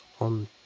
on